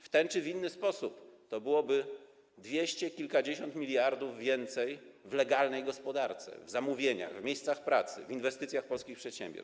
W ten czy w inny sposób to byłoby dwieście kilkadziesiąt miliardów więcej w legalnej gospodarce - w zamówieniach, w miejscach pracy, w inwestycjach polskich przedsiębiorstw.